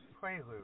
Prelude